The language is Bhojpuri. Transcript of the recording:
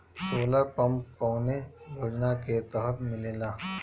सोलर पम्प कौने योजना के तहत मिलेला?